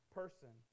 person